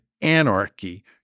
anarchy